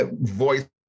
voice